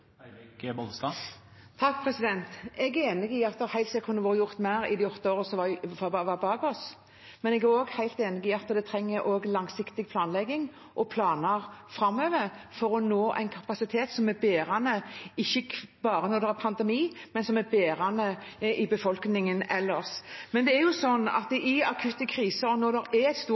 Jeg er enig i at det helt sikkert kunne vært gjort mer i de åtte årene som vi har bak oss. Jeg er også helt enig i at det trengs langsiktig planlegging framover for å nå en kapasitet som er bærende for befolkningen ikke bare når det er en pandemi, men også ellers. I akutte kriser, når det er et stort press på helsevesenet – det er det i dag, selv om kapasiteten ikke er